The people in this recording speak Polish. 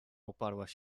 uparłaś